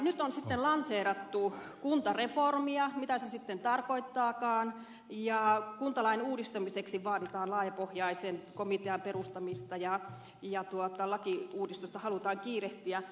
nyt on sitten lanseerattu kuntareformia mitä se sitten tarkoittaakaan ja kuntalain uudistamiseksi vaaditaan laajapohjaisen komitean perustamista ja lakiuudistusta halutaan kiirehtiä